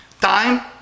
Time